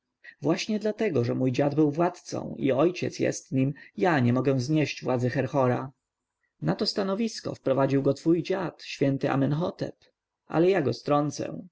właśnie dlatego że mój dziad był władcą i ojciec jest nim ja nie mogę znieść władzy herhora na to stanowisko wprowadził go twój dziad święty amenhotep a ja go strącę